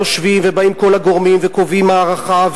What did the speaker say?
יושבים ובאים כל הגורמים וקובעים הארכה,